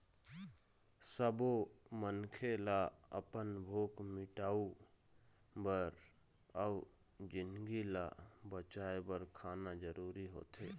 सब्बो मनखे ल अपन भूख मिटाउ बर अउ जिनगी ल बचाए बर खाना जरूरी होथे